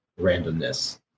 randomness